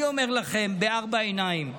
אני אומר לכם בארבע עיניים: